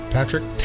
Patrick